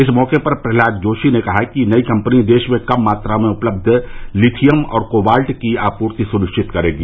इस मौके पर प्रहलाद जोशी ने कहा कि नई कंपनी देश में कम मात्रा में उपलब्य लिथियम और कोबाल्ट की आपूर्ति सुनिश्चित करेगी